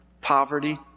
poverty